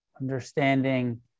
Understanding